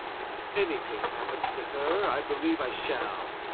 if anything happens to her, i believe i shall.